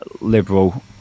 liberal